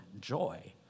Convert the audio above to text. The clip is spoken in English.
joy